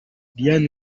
diane